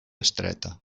estreta